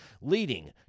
leading